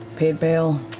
paid bail,